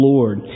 Lord